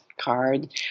card